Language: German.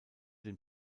den